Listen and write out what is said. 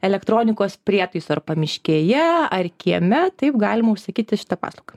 elektronikos prietaiso ar pamiškėje ar kieme taip galima užsakyti šitą paslaugą